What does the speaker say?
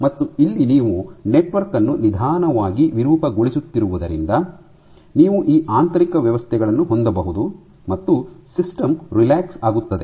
ಮತ್ತು ಇಲ್ಲಿ ನೀವು ನೆಟ್ವರ್ಕ್ ಅನ್ನು ನಿಧಾನವಾಗಿ ವಿರೂಪಗೊಳಿಸುತ್ತಿರುವುದರಿಂದ ನೀವು ಈ ಆಂತರಿಕ ವ್ಯವಸ್ಥೆಗಳನ್ನು ಹೊಂದಬಹುದು ಮತ್ತು ಸಿಸ್ಟಮ್ ರಿಲ್ಯಾಕ್ಸ್ ಆಗುತ್ತದೆ